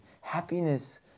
happiness